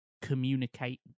Communicate